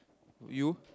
you